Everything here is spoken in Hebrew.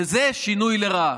וזה שינוי לרעה.